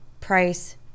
price